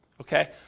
Okay